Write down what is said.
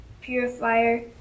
purifier